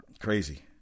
Crazy